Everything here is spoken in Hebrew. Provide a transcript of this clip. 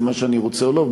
ומה שאני רוצה או לא,